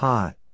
Hot